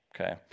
okay